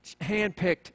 handpicked